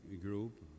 group